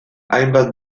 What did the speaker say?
hainbat